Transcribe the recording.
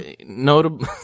notable